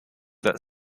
that